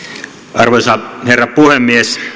arvoisa herra puhemies